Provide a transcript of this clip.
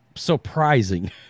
surprising